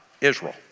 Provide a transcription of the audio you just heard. Israel